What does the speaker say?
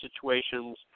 situations